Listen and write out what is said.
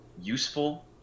Useful